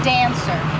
Dancer